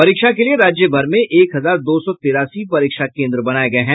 परीक्षा के लिए राज्य भर में एक हजार दो सौ तिरासी परीक्षा केन्द्र बनाए गये हैं